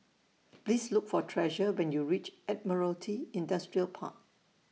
Please Look For Treasure when YOU REACH Admiralty Industrial Park